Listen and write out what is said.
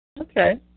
Okay